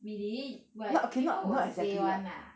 really like people will say [one] ah